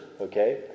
okay